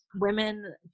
women